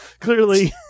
clearly